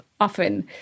often